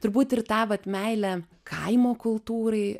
turbūt ir ta vat meilė kaimo kultūrai